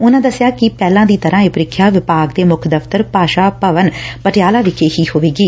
ਉਨੂਾ ਦੱਸਿਆ ਕਿ ਪਹਿਲਾਂ ਦੀ ਤਰਾਂ ਇਹ ਪਰੀਖਿਆ ਵਿਭਾਗ ਦੇ ਮੁੱਖ ਦਫ਼ਤਰ ਭਾਸ਼ਾ ਭਵਨ ਪਟਿਆਲਾ ਵਿਖੇ ਹੀ ਹੋਵੇਗੀ